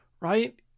Right